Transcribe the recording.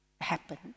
happen